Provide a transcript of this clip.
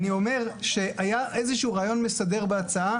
אני אומר שהיה איזשהו רעיון מסדר בהצעה,